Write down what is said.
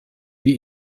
wie